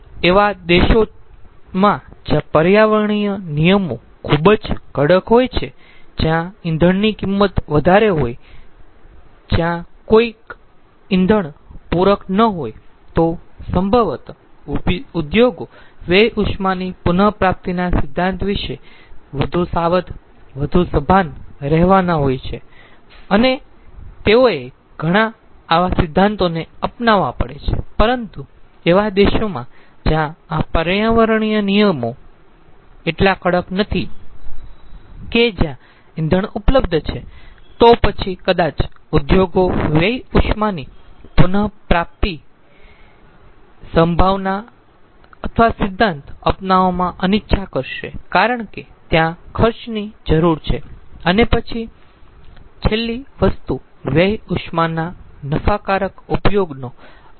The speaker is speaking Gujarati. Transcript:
એવા દેશોમાં જ્યાં પર્યાવરણીય નિયમો ખૂબ જ કડક હોય છે જ્યાં ઇંધણની કિંમત વધારે હોય જ્યાં કોઈ ઇંધણ પૂરક ન હોય તો સંભવત ઉદ્યોગો વ્યય ઉષ્માની પુન પ્રાપ્તિના સિધ્ધાંત વિશે વધુ સાવધ વધુ સભાન રહેવાના હોય છે અને તેઓએ ઘણા આવા સિદ્ધાંતોને અપનાવવા પડે છે પરંતુ એવા દેશોમાં જ્યાં આ પર્યાવરણીય નિયમો એટલા કડક નથી કે જ્યાં ઇંધણ ઉપલબ્ધ છે તો પછી કદાચ ઉદ્યોગો વ્યય ઉષ્માની પુન પ્રાપ્તિ સિદ્ધાંત અપનાવવામાં અનિચ્છા કરશે કારણ કે ત્યાં ખર્ચની જરૂર છે અને પછી છેલ્લી વસ્તુ વ્યય ઉષ્માના નફાકારક ઉપયોગનો અવકાશ છે